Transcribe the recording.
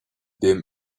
them